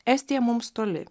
estija mums toli